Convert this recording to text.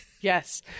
Yes